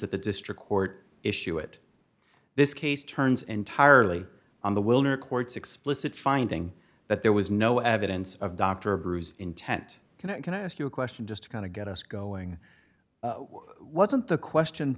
that the district court issue it this case turns entirely on the wilner court's explicit finding that there was no evidence of dr bruce intent can i ask you a question just to kind of get us going wasn't the question